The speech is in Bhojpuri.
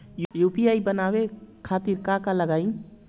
यू.पी.आई बनावे खातिर का का लगाई?